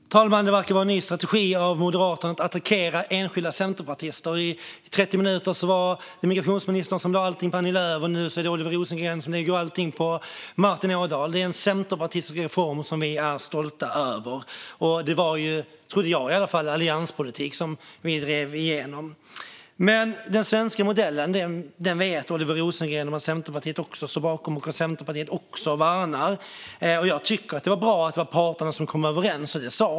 Herr talman! Det verkar vara en ny strategi hos Moderaterna att attackera enskilda centerpartister. I programmet 30 minuter lade migrationsministern allt på Annie Lööf, och nu lägger Oliver Rosengren allt på Martin Ådahl. Vi är stolta över den centerpartistiska reformen. Det var, trodde i alla fall jag, allianspolitik som vi drev igenom. När det gäller den svenska modellen vet Oliver Rosengren att Centerpartiet också står bakom och värnar den. Jag tycker att det var bra att parterna kom överens.